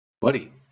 Buddy